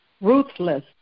ruthless